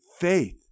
faith